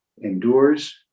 endures